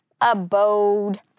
abode